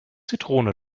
zitrone